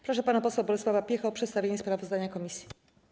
Proszę pana posła Bolesława Piechę o przedstawienie sprawozdania komisji.